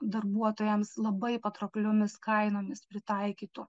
darbuotojams labai patraukliomis kainomis pritaikytų